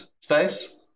Stace